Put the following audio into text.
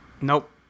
Nope